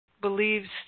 believes